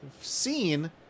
seen